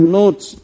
notes